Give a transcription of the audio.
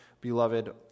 beloved